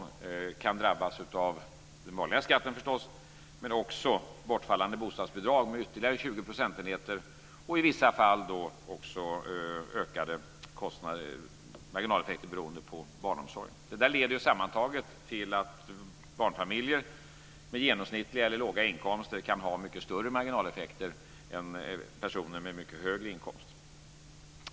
Man kan då drabbas av den vanliga skatten, förstås, men också av bortfallande bostadsbidrag med ytterligare 20 procentenheter och i vissa fall också marginaleffekter av ökade kostnader för barnomsorgen. Detta leder sammantaget till att barnfamiljer med genomsnittliga eller låga inkomster kan ha mycket större marginaleffekter än personer med mycket högre inkomst.